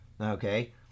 okay